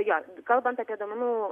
jo kalbant apie duomenų